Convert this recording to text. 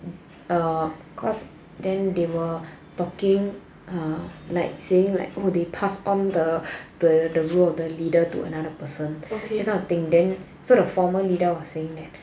err cause then they were talking err like saying like oh they pass on the the the role of leader to another person that kind of thing then so the former leader was saying that